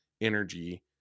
energy